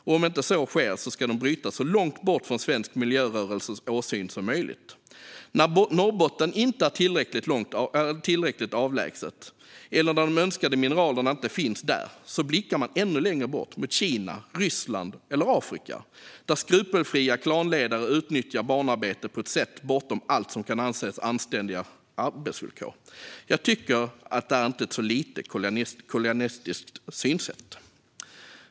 Om inte så sker ska de brytas så långt bort från svensk miljörörelses åsyn som möjligt. När Norrbotten inte är tillräckligt avlägset eller de önskade mineralen inte finns där blickar man ännu längre bort mot Kina, Ryssland eller Afrika där skrupelfria klanledare utnyttjar barnarbetare på ett sätt bortom allt som kan anses som anständiga arbetsvillkor. Jag tycker att det är ett inte så lite kolonialistiskt synsätt.